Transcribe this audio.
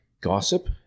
gossip